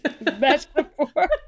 metaphor